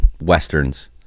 westerns